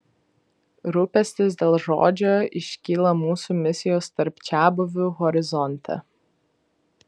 rūpestis dėl žodžio iškyla mūsų misijos tarp čiabuvių horizonte